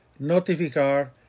notificar